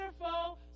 wonderful